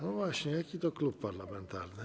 No właśnie, jaki to klub parlamentarny?